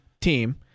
team